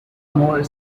more